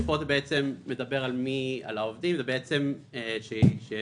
פה מדובר על העובדים שנעדרים